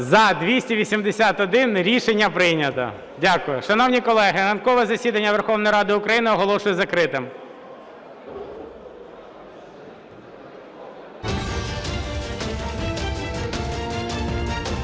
За-281 Рішення прийнято. Дякую. Шановні колеги, ранкове засідання Верховної Ради України оголошую закритим.